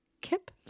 Kip